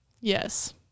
yes